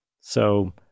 So-